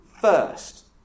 first